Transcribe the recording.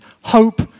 hope